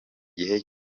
gihe